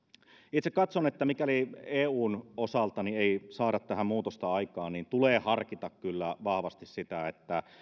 itse katson että mikäli eun osalta ei saada tähän muutosta aikaan niin tulee harkita kyllä vahvasti sitä että